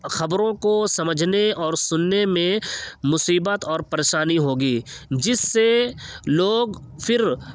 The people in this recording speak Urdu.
خبروں کو سمجھنے اور سننے میں مصیبت اور پریشانی ہوگی جس سے لوگ پھر